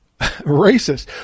racist